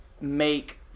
make